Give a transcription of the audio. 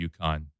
UConn